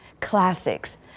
classics